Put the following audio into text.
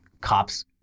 cops